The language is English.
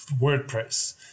WordPress